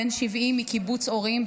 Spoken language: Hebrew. בן 70 מקיבוץ אורים,